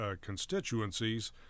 constituencies